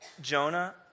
Jonah